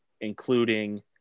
including